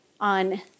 on